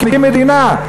הקים מדינה.